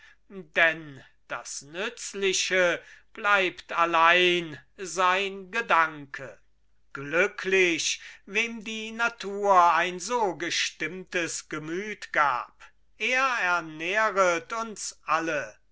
denn das nützliche bleibt allein sein ganzer gedanke glücklich wem die natur ein so gestimmtes gemüt gab er ernähret uns alle